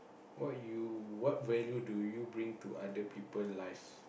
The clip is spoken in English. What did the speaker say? what you what value do you bring to other people life